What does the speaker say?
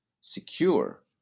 secure